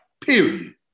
period